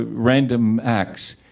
ah random acts